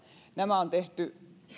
nämä on tehty aiemmin